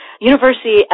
University